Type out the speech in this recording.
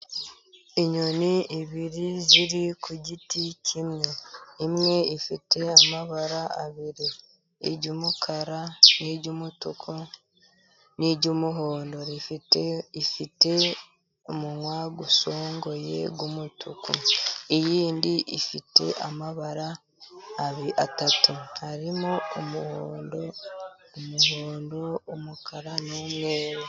Inyoni ibiri ziri ku giti kimwe, imwe ifite amabara abiri, iry'umukara, n'iry'umutuku, n'iry'umuhondo, rifite ifite umunwa usongoye w'umutuku, iyindi ifite amabara atatu, harimo umuhondo, umuhondo, umukara n'umweru.